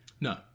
No